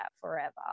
forever